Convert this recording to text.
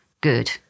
good